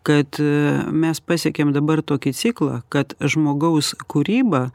kad mes pasiekėm dabar tokį ciklą kad žmogaus kūryba